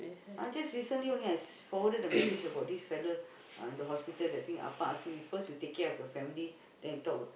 I'm just recently only I forwarded a message about this fellow in the hospital that think ask me first you take care of your family then you talk about